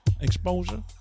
exposure